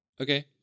Okay